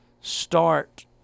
start